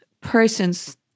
persons